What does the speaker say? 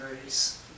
grace